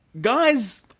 guys